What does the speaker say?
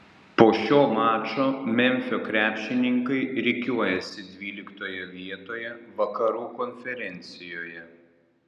po šio mačo memfio krepšininkai rikiuojasi dvyliktoje vietoje vakarų konferencijoje